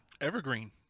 Evergreen